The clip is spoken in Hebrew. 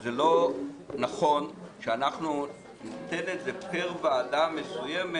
זה לא נכון שאנחנו ניתן את זה פר ועדה מסוימת,